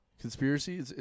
Conspiracy